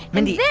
mindy,